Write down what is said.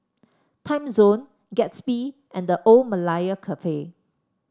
Timezone Gatsby and The Old Malaya Cafe